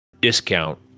discount